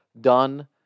done